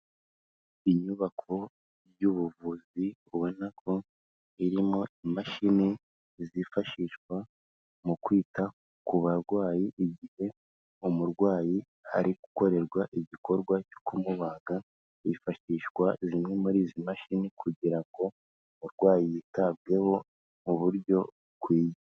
Inyubako y'ubuvuzi ubona ko irimo imashini zifashishwa mu kwita ku barwayi, igihe umurwayi ari gukorerwa igikorwa cyo kumubaga hifashishwa zimwe muri izi mashini kugira ngo umurwayi yitabweho mu buryo bukwiye.